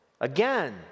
again